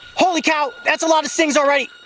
holy cow! that's a lot of stings already.